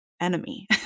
enemy